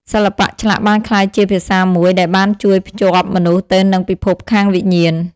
សិល្បៈឆ្លាក់បានក្លាយជាភាសាមួយដែលបានជួយភ្ជាប់មនុស្សទៅនឹងពិភពខាងវិញ្ញាណ។